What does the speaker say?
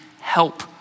help